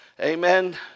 amen